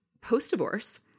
post-divorce